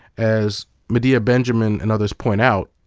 as medea benjamin and others point out,